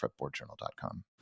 fretboardjournal.com